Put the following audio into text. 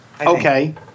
Okay